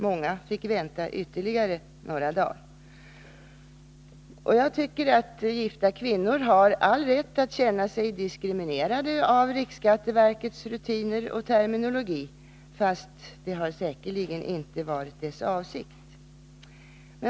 Många fick vänta ytterligare några dagar. Jag tycker att gifta kvinnor har all rätt att känna sig diskriminerade av riksskatteverkets rutiner och terminologi — fast det säkerligen inte varit dess avsikt.